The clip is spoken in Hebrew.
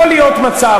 יכול להיות מצב,